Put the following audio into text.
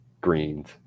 greens